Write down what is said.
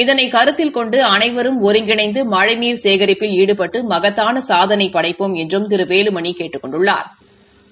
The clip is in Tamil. இதனை கருத்தில் கொண்டு அனைவரும் ஒருங்கிணைந்து மழைநீர் சேகரிப்பில் ஈடுபட்டு மகத்தான சாதனை படைப்போம் என்றும் திரு வேலுமணி கேட்டுக் கொண்டாா்